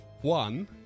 one